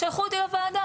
שלחו אותי לוועדה,